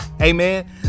amen